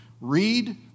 Read